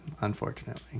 unfortunately